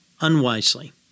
Unwisely